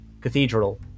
Cathedral